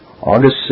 AUGUST